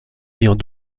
ayant